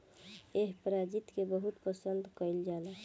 एह प्रजाति के बहुत पसंद कईल जाला